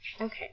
Okay